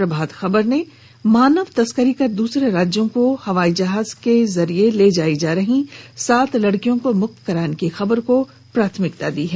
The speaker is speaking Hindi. प्रभात खबर ने मानव तस्करी कर दूसरे राज्यों में हवाई जहाज के जरिये ले जाई जा रहीं सात लड़कियों को मुक्त कराने की खबर को प्राथमिकता के साथ प्रकाशित किया है